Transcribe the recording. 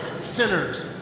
sinners